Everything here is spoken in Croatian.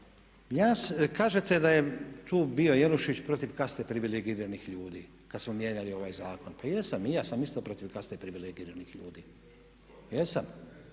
Kažete da je tu bio Jelušić protiv kaste privilegiranih ljudi kad smo mijenjali ovaj zakon. Pa jesam i ja sam isto protiv kaste privilegiranih ljudi, jesam.